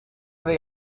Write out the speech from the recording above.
they